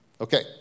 Okay